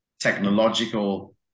technological